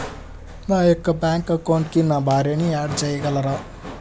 నా యొక్క బ్యాంక్ అకౌంట్కి నా భార్యని యాడ్ చేయగలరా?